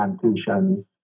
plantations